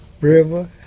river